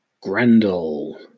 Grendel